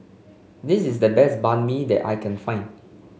this is the best Banh Mi that I can find